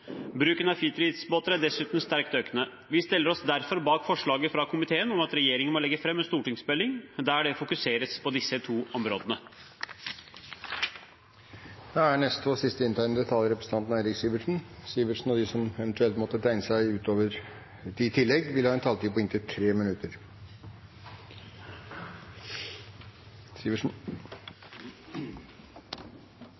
Bruken av fritidsbåter er dessuten sterkt økende. Vi stiller oss derfor bak forslaget fra komiteen om at regjeringen må legge fram en stortingsmelding der det fokuseres på disse to områdene. De talere som heretter får ordet, har en taletid på inntil 3 minutter. Norge er en maritim nasjon – et folk av havet. Vi har verdens nest lengste kyststripe. Vi har en